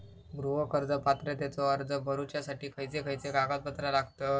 गृह कर्ज पात्रतेचो अर्ज भरुच्यासाठी खयचे खयचे कागदपत्र लागतत?